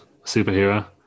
superhero